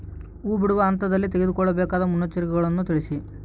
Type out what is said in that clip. ಹೂ ಬಿಡುವ ಹಂತದಲ್ಲಿ ತೆಗೆದುಕೊಳ್ಳಬೇಕಾದ ಮುನ್ನೆಚ್ಚರಿಕೆಗಳನ್ನು ತಿಳಿಸಿ?